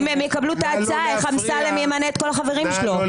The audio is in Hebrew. אם הם יקבלו את ההצעה איך אמסלם ימנה את כל החברים שלו?